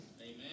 Amen